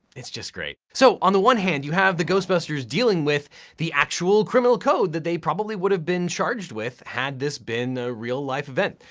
it's just great. so on the one hand, you have the ghostbusters dealing with the actual criminal code that they probably would've been charged with had this been a real-life event.